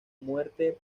muerte